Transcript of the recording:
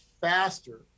faster